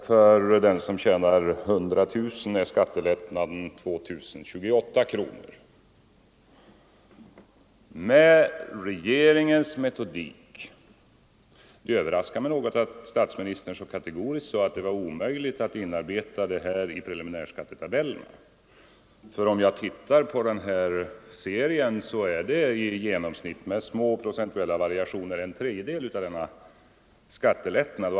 För den som tjänar 100 000 kronor blir skattelättnaden 2028 kronor. Det överraskade mig något att statsministern så kategoriskt sade att det var omöjligt att korrigera preliminärskattetabellerna med hänsyn till att avdragsrätten för sjukförsäkringsavgiften tagits bort. Den utgör i den här serien i genomsnitt, med små procentuella variationer, en tredjedel av skattelättnaden.